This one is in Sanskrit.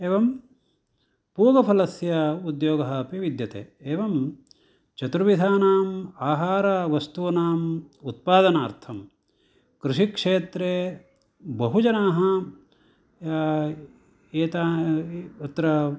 एवं पूगफलस्य उद्योगः अपि विद्यते एवं चतुर्विधानाम् आहारवस्तूनाम् उत्पादनार्थं कृषिक्षेत्रे बहुजनाः एता तत्र